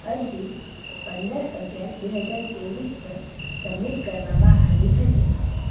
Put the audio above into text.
અરજી પંદર અગિયાર બે હજાર તેવીસ પર સબમિટ કરવામાં આવી હતી